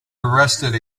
arrested